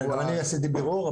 גם אני עשיתי בירור,